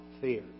fear